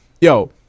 Yo